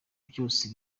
byose